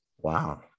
Wow